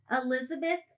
Elizabeth